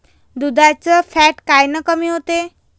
दुधाचं फॅट कायनं कमी होते?